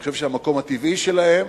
אני חושב שהמקום הטבעי שלו,